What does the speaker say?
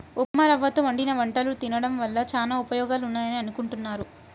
ఉప్మారవ్వతో వండిన వంటలు తినడం వల్ల చానా ఉపయోగాలున్నాయని అనుకుంటున్నారు